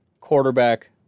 Quarterback